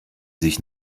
sich